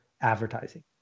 advertising